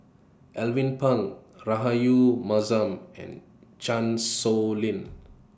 Alvin Pang Rahayu Mahzam and Chan Sow Lin